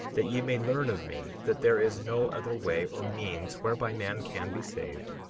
that ye may learn of me that there is no other way or means whereby man can be saved,